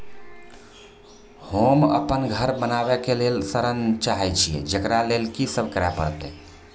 होम अपन घर बनाबै के लेल ऋण चाहे छिये, जेकरा लेल कि सब करें परतै?